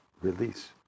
release